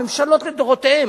הממשלות לדורותיהן,